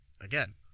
again